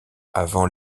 avant